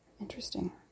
interesting